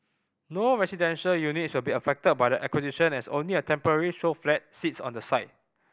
no residential units will be affected by the acquisition as only a temporary show flat sits on the site